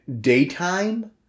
daytime